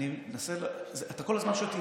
אתה כל הזמן שואל אותי.